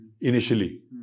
initially